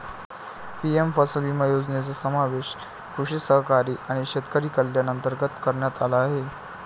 PM फसल विमा योजनेचा समावेश कृषी सहकारी आणि शेतकरी कल्याण अंतर्गत करण्यात आला आहे